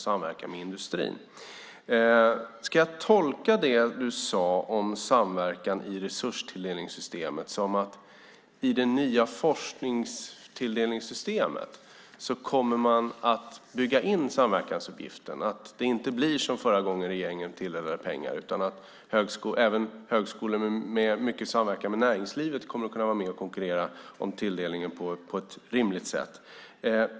Ska jag tolka det du sade om samverkan i resurstilldelningssystemet som att man i det nya forskningstilldelningssystemet kommer att bygga in samverkansuppgiften och att det inte blir som förra gången regeringen tilldelade pengar utan att även högskolor med mycket samverkan med näringslivet kommer att vara med och konkurrera om tilldelningen på ett rimligt sätt?